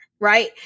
right